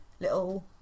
Little